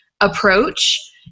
approach